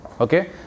okay